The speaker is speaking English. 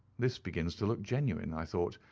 this begins to look genuine, i thought,